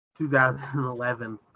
2011